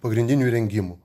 pagrindinių įrengimų